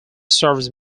serves